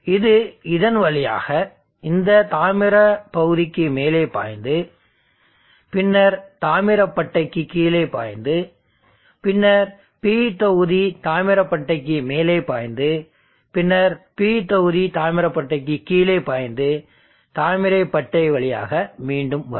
இது இதன் வழியாக இந்த தாமிர பகுதிக்கு மேலே பாய்ந்து பின்னர் தாமிர பட்டைக்கு கீழே பாய்ந்து பின்னர் P தொகுதி தாமிர பட்டைக்கு மேலே பாய்ந்து பின்னர் P தொகுதி தாமிர பட்டைக்கு கீழே பாய்ந்து தாமிர பட்டை வழியாக மீண்டும் வரும்